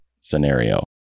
scenario